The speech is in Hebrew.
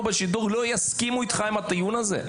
בשידור לא יסכימו איתך לגבי הטענה הזאת?